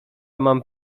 mam